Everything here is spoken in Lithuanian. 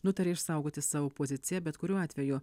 nutarė išsaugoti savo poziciją bet kuriuo atveju